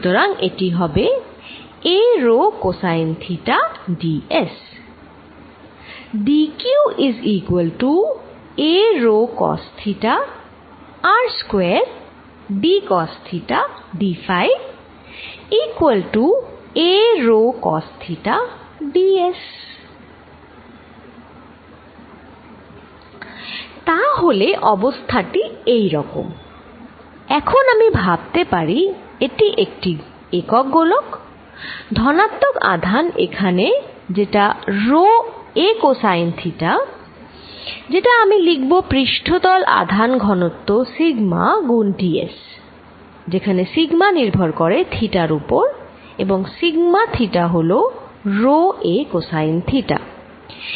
সুতরাং এটি হবে a rho cosine theta ds তা হলে অবস্থাটি এইরকম এখন আমি ভাবতে পারি এটি একটি একক গোলক ধনাত্মক আধান এখানে যেটা রো a কোসাইন থিটা যেটা আমি লিখব পৃষ্ঠ তল আধান ঘনত্ব sigma গুন ds যেখানে sigma নির্ভর করে theta র উপর এবং sigma theta হল রো a কোসাইন থিটা